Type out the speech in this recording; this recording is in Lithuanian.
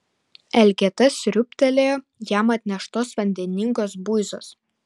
elgeta sriūbtelėjo jam atneštos vandeningos buizos